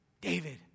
David